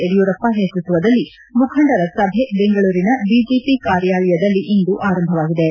ಯಡಿಯೂರಪ್ಪ ನೇತೃತ್ವದಲ್ಲಿ ಮುಖಂಡರ ಸಭೆ ಬೆಂಗಳೂರಿನ ಬಿಜೆಪಿ ಕಾರ್ಯಾಲಯದಲ್ಲಿ ಇಂದು ಆರಂಭವಾಯಿತು